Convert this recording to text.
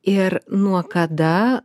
ir nuo kada